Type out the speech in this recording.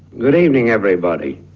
good evening everybody,